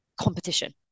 competition